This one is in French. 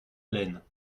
haleine